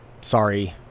sorry